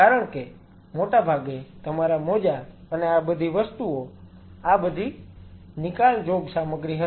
કારણ કે મોટાભાગે તમારા મોજા અને આ બધી વસ્તુઓ આ બધી નિકાલજોગ સામગ્રી હશે